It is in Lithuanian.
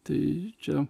tai čia